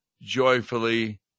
joyfully